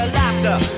laughter